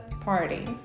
party